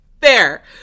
Fair